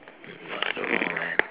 I don't know leh